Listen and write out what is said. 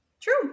True